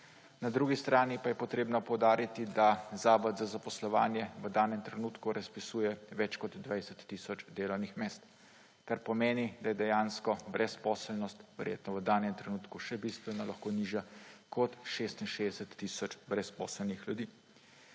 Na drugi strani pa je treba poudariti, da Zavod za zaposlovanje v danem trenutku razpisuje več kot 20 tisoč delovnih mest, kar pomeni, da je lahko brezposelnost verjetno v danem trenutku še bistveno nižja kot 66 tisoč brezposelnih ljudi.